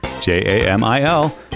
J-A-M-I-L